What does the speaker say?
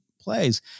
plays